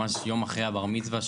ממש יום אחרי הבר-מצווה,